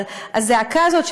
אבל הזעקה הזאת,